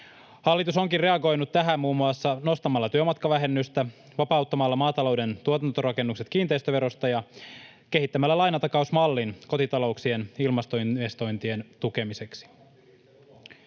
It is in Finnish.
Hallitus onkin reagoinut tähän muun muassa nostamalla työmatkavähennystä, vapauttamalla maatalouden tuotantorakennukset kiinteistöverosta ja kehittämällä lainatakausmallin kotitalouksien ilmastoinvestointien tukemiseksi.